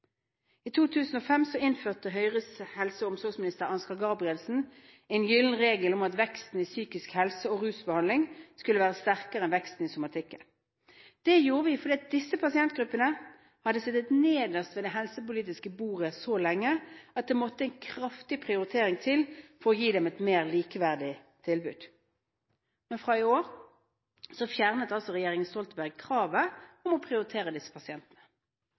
I 2005 innførte Høyres helse- og omsorgsminister Ansgar Gabrielsen en gylden regel om at veksten i psykisk helse og rusbehandling skulle være sterkere enn veksten i somatikken. Det gjorde vi fordi disse pasientgruppene hadde sittet nederst ved det helsepolitiske bordet så lenge at det måtte en kraftig prioritering til for å gi dem et mer likeverdig tilbud. Men fra i år fjernet altså regjeringen Stoltenberg kravet om å prioritere disse pasientene.